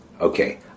Okay